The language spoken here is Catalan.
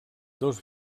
dos